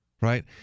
Right